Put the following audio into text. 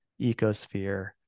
ecosphere